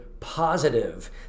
positive